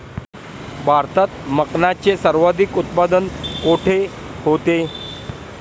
भारतात मखनाचे सर्वाधिक उत्पादन कोठे होते?